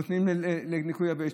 נותנים לניקוי יבש,